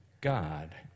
God